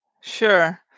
Sure